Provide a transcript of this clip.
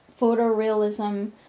photorealism